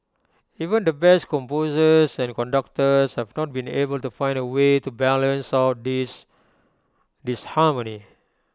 even the best composers and conductors have not been able to find A way to balance out this disharmony